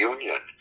Union